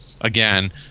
again